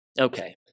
Okay